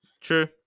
True